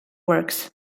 works